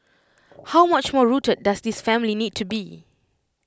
how much more rooted does this family need to be